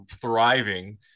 thriving